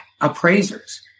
appraisers